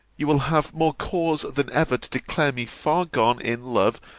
you will have more cause than ever, to declare me far gone in love,